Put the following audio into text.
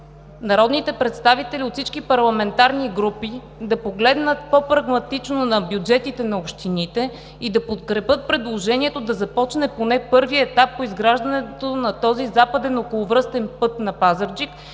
народните представители от всички парламентарни групи, да погледнат по-прагматично на бюджетите на общините и да подкрепят предложението да започне поне първият етап по изграждането на този Западен околовръстен път на Пазарджик,